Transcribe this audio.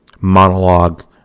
monologue